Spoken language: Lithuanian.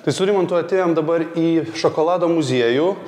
tai su rimantu atėjom dabar į šokolado muziejų